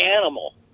animal